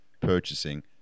purchasing